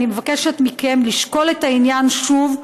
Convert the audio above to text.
אני מבקשת מכם לשקול את העניין שוב,